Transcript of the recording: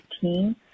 team